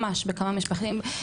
ממש בכמה משפטים,